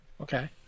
Okay